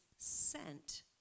sent